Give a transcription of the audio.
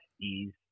Ease